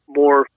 more